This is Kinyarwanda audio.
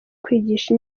kwigisha